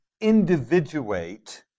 individuate